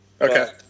Okay